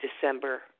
December